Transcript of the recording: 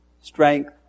strength